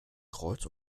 kreuz